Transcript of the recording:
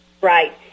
Right